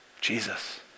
Jesus